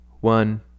one